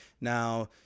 Now